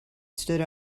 stood